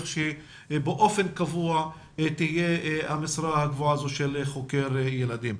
שבאופן קבוע תהיה המשרה הקבועה הזו של חוקר ילדים.